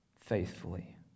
faithfully